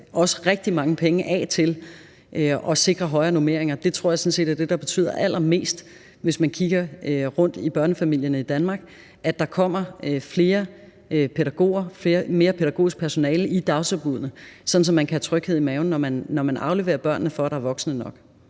sætte rigtig mange penge af til at sikre højere normeringer. Det tror jeg sådan set er det, der betyder allermest, hvis man kigger rundt på børnefamilierne i Danmark, altså at der kommer flere pædagoger, mere pædagogisk personale i dagtilbuddene, sådan at man kan have tryghed i maven, når man afleverer børnene, i forhold til at der er voksne nok.